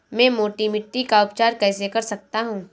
मैं मोटी मिट्टी का उपचार कैसे कर सकता हूँ?